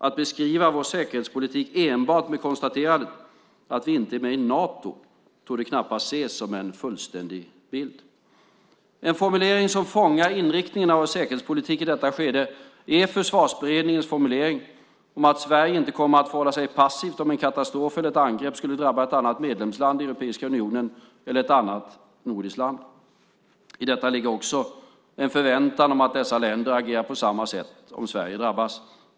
Att beskriva vår säkerhetspolitik enbart med konstaterandet att vi inte är med i Nato torde knappast ses som en fullständig bild. En formulering som fångar inriktningen av vår säkerhetspolitik i detta skede är Försvarsberedningens formulering om att Sverige inte kommer att förhålla sig passivt om en katastrof eller ett angrepp skulle drabba ett annat medlemsland i Europeiska unionen eller ett annat nordiskt land. I detta ligger också en förväntan att dessa länder agerar på samma sätt om Sverige drabbas.